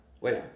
wait